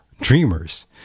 dreamers